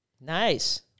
Nice